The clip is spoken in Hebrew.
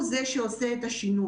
הוא זה שעושה את השינוי.